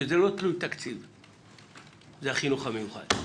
מה שהוא לא תלוי תקציב זה חינוך מיוחד.